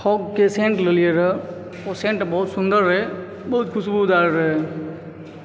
फॉगकऽ scent लेलिए रहऽ ओ सेन्ट बहुत सुन्दर रहय बहुत खुशबूदार रहय